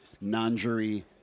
non-jury